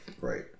Right